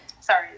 Sorry